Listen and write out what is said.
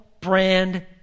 brand